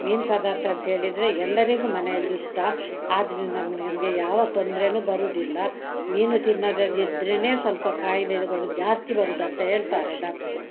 ಮೀನು ಪದಾರ್ಥ ಅಂತೇಳಿದರೆ ಎಲ್ಲರಿಗೂ ಮನೆಯಲ್ಲಿ ಇಷ್ಟ ಆದ್ದರಿಂದ ನಮಗೆ ಯಾವ ತೊಂದರೇನು ಬರುದಿಲ್ಲ ಮೀನು ತಿನ್ನದಿದ್ದರೇನೆ ಸ್ವಲ್ಪ ಕಾಯಿಲೆ ಎಲ್ಲ ಬರುದು ಜಾಸ್ತಿ ಬರುದಂತ ಹೇಳ್ತಾರೆ ಡಾಕ್ಟ್ರುಗಳು